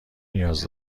نیاز